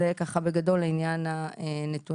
זה ככה בגדול עניין הנתונים.